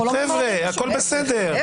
חבר'ה, הכול בסדר -- אנחנו לא ממהרים.